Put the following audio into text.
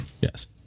Yes